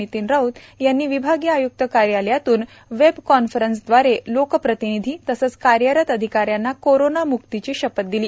नितीन राऊत यांनी आज विभागीय आय्क्त कार्यालयातून वेब कॉन्फरन्सव्दारे लोकप्रतिनिधी तसेच कार्यरत अधिकाऱ्यांना कोरोनामुक्तीची शपथ दिली